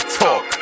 talk